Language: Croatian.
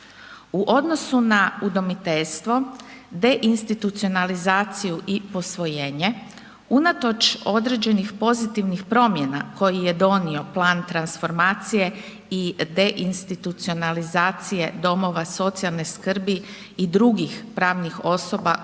U odnosu na udomiteljstvo, deinstitucionalizaciju i posvojenje, unatoč određenih pozitivnih promjena koji je donio plan transformacije i deinstitucionalizacije domova socijalne skrbi i drugih pravnih osoba